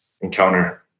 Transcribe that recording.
encounter